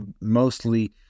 mostly